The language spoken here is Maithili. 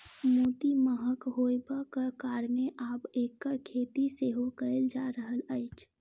मोती महग होयबाक कारणेँ आब एकर खेती सेहो कयल जा रहल अछि